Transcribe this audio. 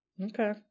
okay